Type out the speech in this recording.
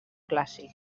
clàssic